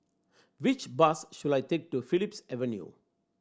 which bus should I take to Phillips Avenue